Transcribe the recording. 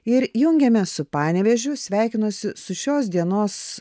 ir jungiamės su panevėžiou sveikinuosi su šios dienos